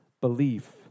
belief